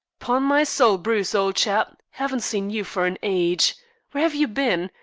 pon my soul, bruce, old chap, haven't seen you for an age. where have you bin?